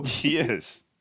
Yes